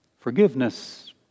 Forgiveness